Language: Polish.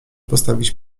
postawić